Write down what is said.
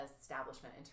establishment